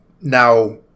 Now